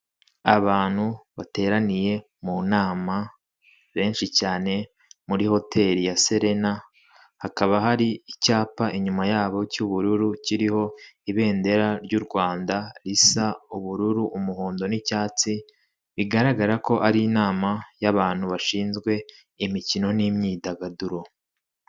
Abantu bateraniye mu nama benshi cyane muri hoteli ya serena, hakaba hari icyapa inyuma yabo cy'ubururu kiriho ibendera ry' u Rwanda risa ubururu, umuhondo n'icyatsi, bigaragara ko ari inama y'abantutu bashinzwe imikino n'imyidagaduro.